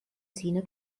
zehner